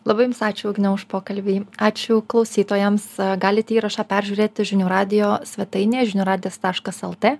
labai jums ačiū ugne už pokalbį ačiū klausytojams galite įrašą peržiūrėti žinių radijo svetainėje žinių radija staškas lt